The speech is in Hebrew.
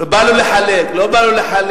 בא לו לחלק, לא בא לו לחלק.